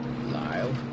Lyle